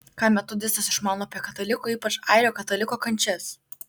ką metodistas išmano apie kataliko ypač airio kataliko kančias